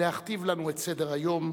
להכתיב לנו את סדר-היום